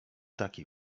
taki